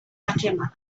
fatima